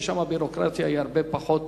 שאצלם הביורוקרטיה הרבה פחות